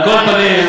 על כל פנים,